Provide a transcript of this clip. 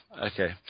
Okay